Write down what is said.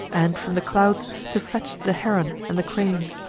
and from the clouds to fetch the heron and the crane.